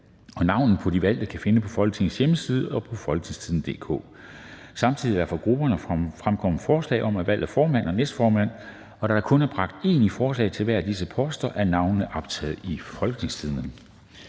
Navnene på de valgte kan findes på Folketingets hjemmeside og på www.folketingstidende.dk (jf. nedenfor). Samtidig er der fra grupperne fremkommet forslag om valg af formand og næstformand. Der er kun bragt én i forslag til hver af disse poster, og navnene er optaget på www.folketingstidende.dk.